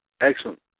Excellent